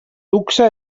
luxe